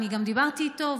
אני גם דיברתי איתו,